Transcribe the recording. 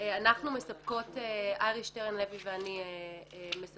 אנחנו מספקות, ארי שטרן לוי ואני מספקות